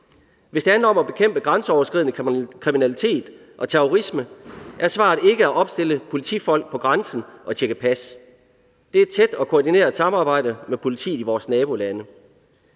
Hvis det handler om at bekæmpe grænseoverskridende kriminalitet og terrorisme, er svaret ikke at opstille politifolk på grænsen og tjekke pas. Det er et tæt og koordineret samarbejde med politiet i vores nabolande.